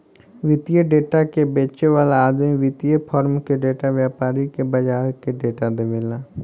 वित्तीय डेटा के बेचे वाला आदमी वित्तीय फार्म के डेटा, व्यापारी के बाजार के डेटा देवेला